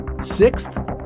Sixth